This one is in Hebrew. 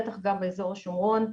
גם באזור השומרון.